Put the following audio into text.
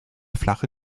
flache